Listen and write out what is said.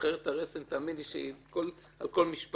אשחרר את הרסן, תאמין לי שהיא על כל משפט.